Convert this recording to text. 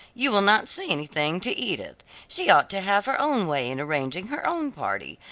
you will not say anything to edith she ought to have her own way in arranging her own party,